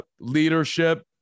Leadership